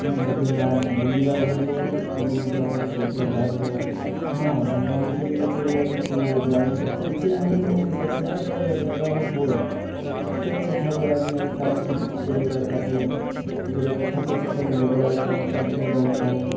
ଆମେ ଯେବେ ବାହାର ବୁଲିବାକୁ ଗଲେ ବୁଲିଯାଉ ସେ'ଠାରୁ ଯାହା ବି ହେଉ ହଁ ସାଙ୍ଗ ମାନଙ୍କ ସହିତ ଯେତେ ବେଳେ ବି ଟୂରରେ ଯାଉ କିଛି ମାନେ ସେ'ଠାରେ ଟିକିଏ ଭେଦଭାବ ହୁଏ ଟିକେ ଝଗଡା ବି ହେଉ ଥାଏ କିଛି ଟିକିଏ ଟିକିଏ କଥାକୁ ଟିକିଏ ଟିକିଏ କଥାକୁ ସେ'ଠାରେ ଝଗଡା ହୋଇଥାଉ ପାଟି ତୁଣ୍ଡ ହୋଇଥାଉ